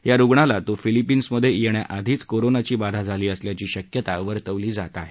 या रुग्णाला तो फिलिपीन्समध्ये येण्याआधीच कोरोनाची बाधा झाली असल्याची शक्यता वर्तवली जात आहे